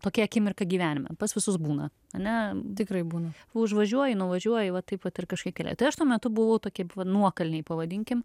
tokia akimirka gyvenime pas visus būna ane tikrai būna užvažiuoji nuvažiuoji va taip vat ir kažkaip kelyje tai aš tuo metu buvau tokia buv nuokalnėj pavadinkim